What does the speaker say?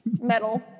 Metal